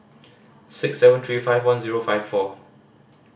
six seven three five one zero five four